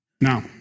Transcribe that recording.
Now